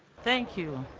thank you